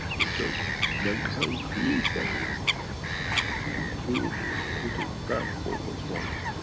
because mankind creates that condition through putting back what was wrong.